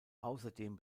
außerdem